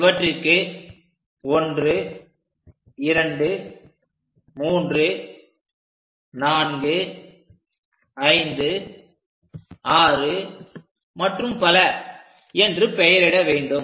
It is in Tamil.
இவற்றிற்கு 1 2 3 4 5 6 மற்றும் பல என்று பெயரிட வேண்டும்